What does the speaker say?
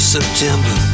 September